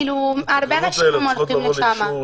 כאילו הרבה אנשים עוברים שמה.